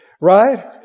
Right